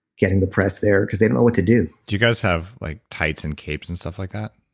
getting the press there because they know what to do do you guys have like tights and capes and stuff like that?